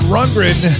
Rundgren